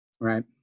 Right